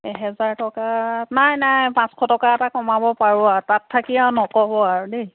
এজেগাৰ টকাত নাই নাই পাঁচশ টকা এটা কমাব পাৰোঁ আৰু তাত থাকি আৰু নক'ব আৰু দেই